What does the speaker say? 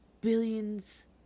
billions